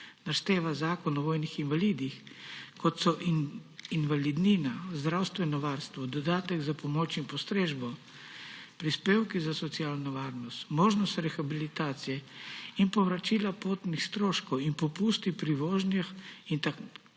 našteva Zakon o vojnih invalidih, kot so invalidnina, zdravstveno varstvo, dodatek za pomoč in postrežbo, prispevki za socialno varnost, možnost rehabilitacije in povračila potnih stroškov ter popusti pri vožnjah in tako